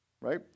right